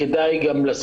כדאי לראות איפה הקשיים.